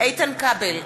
איתן כבל,